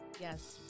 Yes